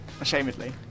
Ashamedly